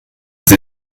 sie